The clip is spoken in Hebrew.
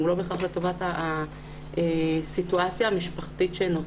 הוא לא בהכרח לטובת הסיטואציה המשפחתית שנוצרה.